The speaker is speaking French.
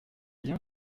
bien